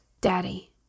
Daddy